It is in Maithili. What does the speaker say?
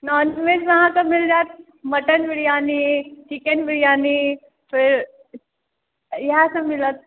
नॉनवेज मे अहाँकेँ मिल जायत मटन बिरियानी चिकेन बिरियानी फेर इएहसब मिलत